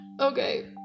Okay